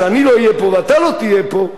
כשאני לא אהיה פה ואתה לא תהיה פה,